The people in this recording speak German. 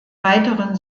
weiteren